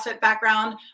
background